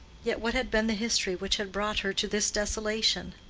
yet what had been the history which had brought her to this desolation?